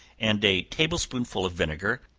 and a table-spoonful of vinegar,